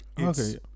Okay